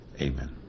Amen